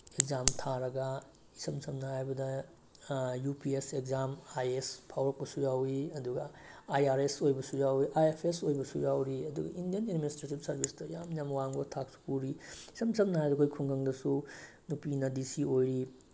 exam ꯊꯥꯔꯒ ꯏꯁꯝ ꯁꯝꯅ ꯍꯥꯏꯔꯕꯗ U P S exam I S ꯐꯥꯎꯔꯛꯄꯁꯨ ꯌꯥꯎꯏ ꯑꯗꯨꯒ ꯑꯥꯏ ꯑꯥꯔ ꯑꯦꯁ ꯑꯣꯏꯕꯁꯨ ꯌꯥꯎꯏ ꯑꯥꯏ ꯑꯦꯐ ꯑꯦꯁ ꯑꯣꯏꯕꯁꯨ ꯌꯥꯎꯔꯤ ꯑꯗꯨꯒ ꯏꯟꯗꯤꯌꯥꯟ ꯑꯦꯠꯃꯤꯅꯤꯁꯇ꯭ꯔꯦꯇꯤꯞ ꯁꯥꯔꯕꯤꯁꯇ ꯌꯥꯝ ꯌꯥꯝ ꯋꯥꯡꯕ ꯊꯥꯛꯁꯨ ꯄꯨꯔꯤ ꯏꯁꯝ ꯁꯝꯅ ꯍꯥꯏꯔꯕꯗ ꯑꯩꯈꯣꯏ ꯈꯨꯡꯒꯪꯗꯁꯨ ꯅꯨꯄꯤꯅ ꯗꯤ ꯁꯤ ꯑꯣꯏꯔꯤ